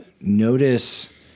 notice